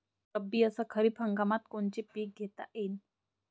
रब्बी अस खरीप हंगामात कोनचे पिकं घेता येईन?